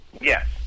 Yes